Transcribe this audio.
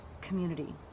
community